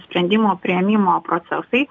sprendimo priėmimo procesai